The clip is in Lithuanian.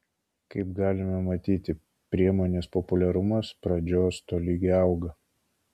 kaip galime matyti priemonės populiarumas pradžios tolygiai auga